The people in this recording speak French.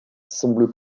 semble